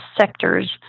sectors